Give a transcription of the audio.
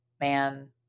man